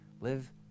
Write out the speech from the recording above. Live